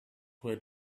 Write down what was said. were